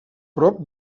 prop